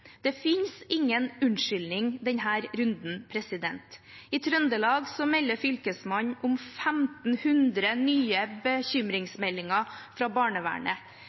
Det finnes ingen unnskyldning i denne runden. I Trøndelag melder Fylkesmannen om 1 500 nye bekymringsmeldinger fra barnevernet.